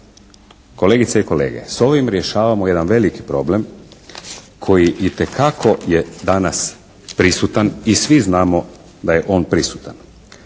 Kolegice i kolege s ovim rješavamo jedan veliki problem koji itekako je danas prisutan i svi znamo da je on prisutan.